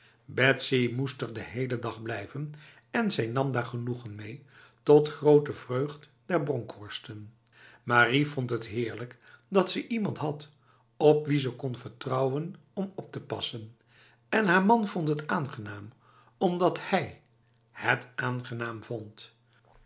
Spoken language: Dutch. moest er de hele dag blijven en zij nam daar genoegen mee tot grote vreugd der bronkhorsten marie vond het heerlijk dat ze iemand had op wie ze kon vertrouwen om op te passen en haar man vond het aangenaam omdat hij het aangenaam vond